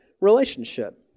relationship